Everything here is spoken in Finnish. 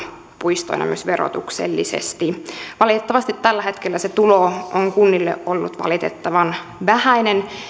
puistoina myös verotuksellisesti valitettavasti tällä hetkellä se tulo on kunnille ollut valitettavan vähäinen